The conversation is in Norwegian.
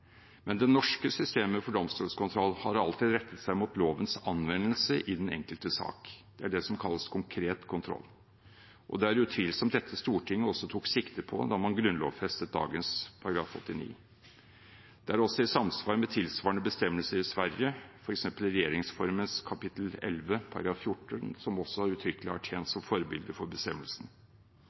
Det norske systemet for domstolskontroll har alltid rettet seg mot lovens anvendelse i den enkelte sak. Det er det som kalles «konkret kontroll», og det er utvilsomt dette Stortinget også tok sikte på da man grunnlovfestet dagens § 89. Det er også i samsvar med tilsvarende bestemmelse i Sverige, f.eks. Regjeringsformens kap. 11 § 14, som også uttrykkelig har tjent som forbilde for bestemmelsen.